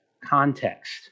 context